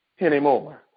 anymore